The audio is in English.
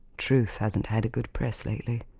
truth hasn't had a good press lately.